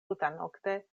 tutanokte